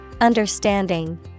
Understanding